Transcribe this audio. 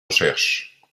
recherche